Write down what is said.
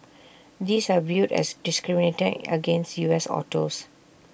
these are viewed as discriminating against U S autos